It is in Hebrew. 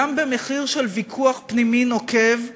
גם במחיר של ויכוח פנימי נוקב,